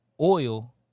oil